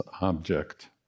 object